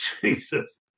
Jesus